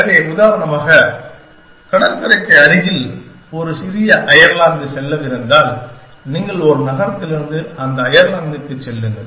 எனவே உதாரணமாக கடற்கரைக்கு அருகில் ஒரு சிறிய அயர்லாந்து செல்லவிருந்தால் நீங்கள் ஒரு நகரத்திலிருந்து அந்த அயர்லாந்துக்குச் செல்லுங்கள்